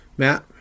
Matt